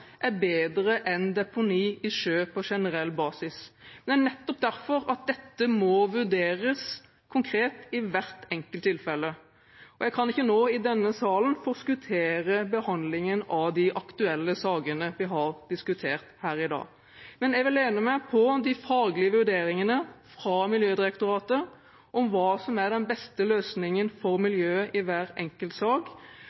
er bedre enn deponi i sjø. Det er nettopp derfor dette må vurderes konkret i hvert enkelt tilfelle. Jeg kan ikke nå i denne salen forskuttere behandlingen av de aktuelle sakene vi har diskutert her i dag. Men jeg vil lene meg på de faglige vurderingene fra Miljødirektoratet av hva som er den beste løsningen for